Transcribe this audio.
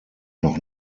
noch